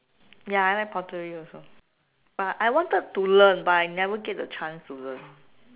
ya I like pottery also but I wanted to learn but I never get the chance to learn